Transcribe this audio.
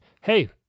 hey